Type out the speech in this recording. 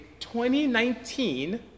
2019